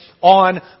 on